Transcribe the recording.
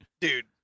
dude